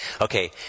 okay